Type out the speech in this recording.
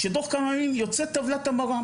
שתוך כמה ימים יוצאת טבלת המרה.